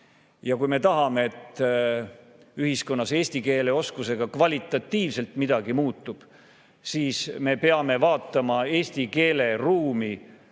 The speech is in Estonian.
Kui me tahame, et ühiskonnas eesti keele oskusega kvalitatiivselt midagi muutub, siis me peame vaatama eesti keele ruumi